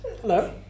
Hello